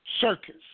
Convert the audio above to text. circus